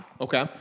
okay